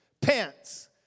pants